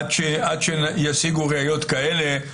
עד שישיגו ראיות כאלה,